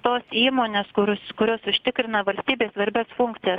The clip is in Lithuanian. tos įmonės kurs kurios užtikrina valstybei svarbias funkcijas